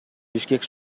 бишкек